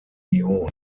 union